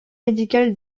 médical